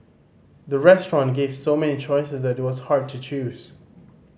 the restaurant gave so many choices that it was hard to choose